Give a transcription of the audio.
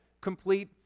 complete